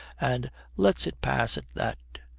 and lets it pass at that.